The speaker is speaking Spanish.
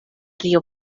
río